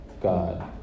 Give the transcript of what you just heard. God